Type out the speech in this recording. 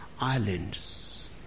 islands